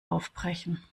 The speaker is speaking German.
aufbrechen